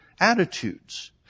attitudes